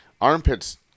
armpits